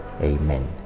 Amen